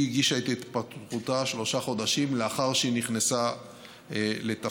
היא הגישה את התפטרותה שלושה חודשים לאחר שהיא נכנסה לתפקידה.